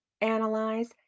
analyze